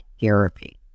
therapy